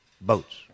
boats